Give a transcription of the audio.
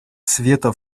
света